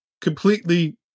completely